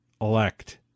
elect